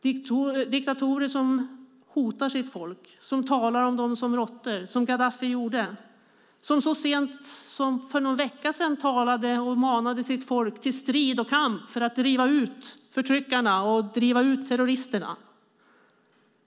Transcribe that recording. Det finns diktatorer som hotar sitt folk och talar om dem som råttor som Gaddafi gjorde. Så sent som för någon vecka sedan manade han sitt folk till strid och kamp för att driva ut förtryckarna och terroristerna.